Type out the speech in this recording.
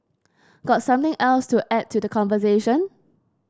got something else to add to the conversation